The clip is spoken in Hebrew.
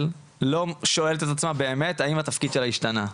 לא שואלת את עצמה באמת האם התפקיד שלה השתנה.